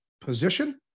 position